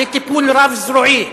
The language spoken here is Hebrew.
זה טיפול רב-זרועי.